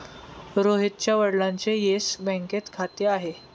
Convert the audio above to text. रोहितच्या वडिलांचे येस बँकेत खाते आहे